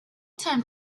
time